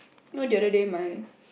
no the other day my